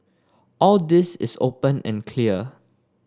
all this is open and clear